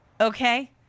okay